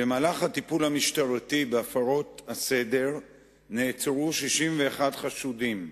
במהלך הטיפול המשטרתי בהפרות הסדר נעצרו 61 חשודים,